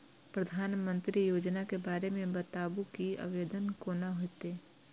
प्रधानमंत्री योजना के बारे मे बताबु की आवेदन कोना हेतै?